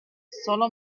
sólo